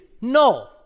No